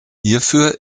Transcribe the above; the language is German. hierfür